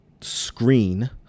screen